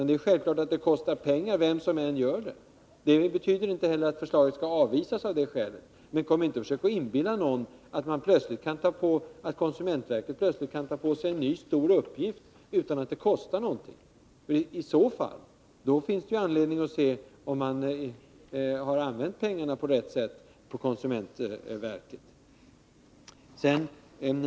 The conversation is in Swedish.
Det är självklart att det kostar pengar, vem som än skall utföra det här arbetet. Det betyder inte att förslaget skall avvisas av det skälet, men kom inte och försök inbilla någon att konsumentverket plötsligt kan ta på sig en ny stor uppgift utan att det kostar något! Om det inte skulle kosta något, finns det anledning att undersöka om man hittills har använt pengarna på rätt sätt på konsumentverket.